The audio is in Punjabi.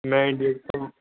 ਮੈਂ ਇੰਡੀਆ ਗੇਟ ਤੋਂ